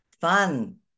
Fun